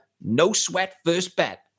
no-sweat-first-bet